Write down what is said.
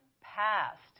past